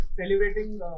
Celebrating